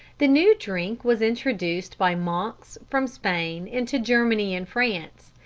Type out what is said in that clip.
the new drink was introduced by monks from spain into germany and france,